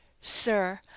sir